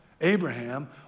Abraham